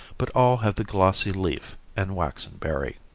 but all have the glossy leaf and waxen berry.